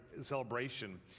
celebration